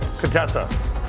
Contessa